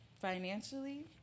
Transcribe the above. financially